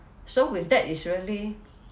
so with that it's really